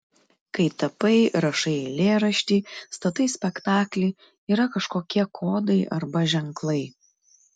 kai tapai rašai eilėraštį statai spektaklį yra kažkokie kodai arba ženklai